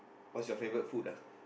what's your favorite food lah